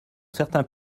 certains